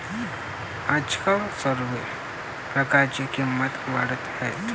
आजकाल सर्व प्रकारच्या किमती वाढत आहेत